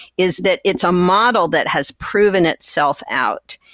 is that it's a model that has proven itself out.